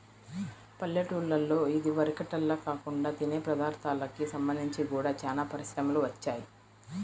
పల్లెటూల్లలో ఇదివరకటిల్లా కాకుండా తినే పదార్ధాలకు సంబంధించి గూడా చానా పరిశ్రమలు వచ్చాయ్